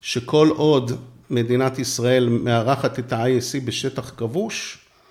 שכל עוד מדינת ישראל מארחת את ה-ISC בשטח כבוש.